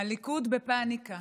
הליכוד בפניקה.